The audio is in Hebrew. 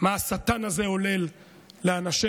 מה השטן הזה עולל לאנשינו,